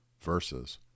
verses